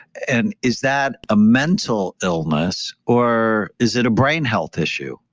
and is that a mental illness or is it a brain health issue?